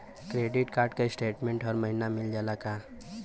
Credit card क statement हर महिना मिल जाला का?